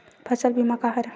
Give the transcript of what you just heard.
फसल बीमा का हरय?